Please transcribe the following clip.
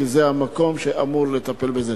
כי זה המקום שאמור לטפל בזה.